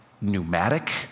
pneumatic